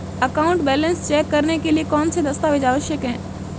Account balance check करने के लिए कौनसे दस्तावेज़ आवश्यक हैं?